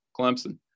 Clemson